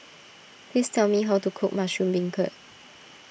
please tell me how to cook Mushroom Beancurd